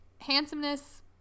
handsomeness